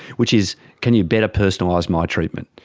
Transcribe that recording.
which is can you better personalise my treatment.